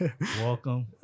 welcome